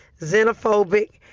xenophobic